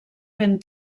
ben